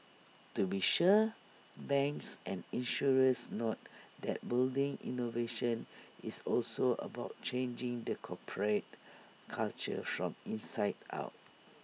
to be sure banks and insurers note that building innovation is also about changing the corporate culture from inside out